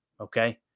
okay